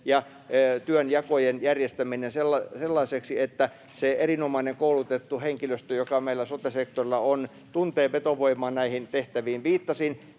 ja työnjakojen järjestäminen sellaiseksi, että se erinomainen, koulutettu henkilöstö, joka meillä sote-sektorilla on, tuntee vetovoimaa näihin tehtäviin. Viittasin